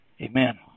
amen